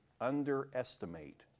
underestimate